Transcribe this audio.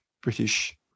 british